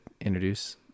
introduce